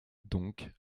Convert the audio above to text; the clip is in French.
donc